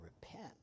repent